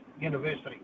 University